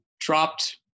dropped